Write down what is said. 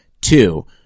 Two